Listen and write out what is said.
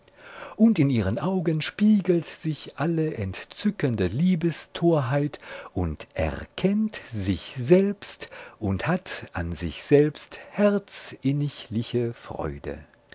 und in ihren augen spiegelt sich alle entzückende liebestorheit und erkennt sich selbst und hat an sich selbst herzinnigliche freude